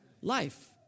life